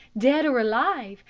dead or alive,